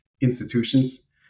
institutions